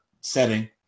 setting